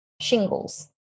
shingles